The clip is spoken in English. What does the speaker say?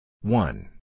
One